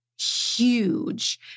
huge